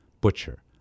Butcher